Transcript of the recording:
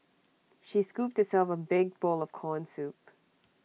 she scooped herself A big bowl of Corn Soup